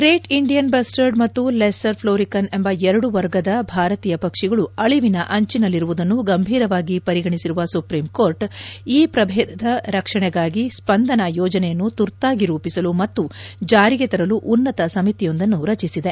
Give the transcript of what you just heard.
great Indian bustard ಮತ್ತು lesser florican ಎಂಬ ಎರಡು ವರ್ಗದ ಭಾರತಿಯ ಪಕ್ಷಿಗಳು ಅಳಿವಿನ ಅಂಚಿನಲ್ಲಿರುವುದನ್ನು ಗಂಭೀರವಾಗಿ ಪರಿಗಣಿಸಿರುವ ಸುಪ್ರೀಂ ಕೋರ್ಟ್ ಈ ಪ್ರಬೇಧದ ರಕ್ಷಣೆಗಾಗಿ ತುರ್ತು ಸ್ಲಂದನಾ ಯೋಜನೆಯನ್ನು ತುರ್ತಾಗಿ ರೂಪಿಸಲು ಮತ್ತು ಜಾರಿಗೆ ತರಲು ಉನ್ನತ ಸಮಿತಿಯೊಂದನ್ನು ರಚಿಸಿದೆ